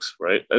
right